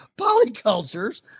polycultures